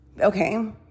Okay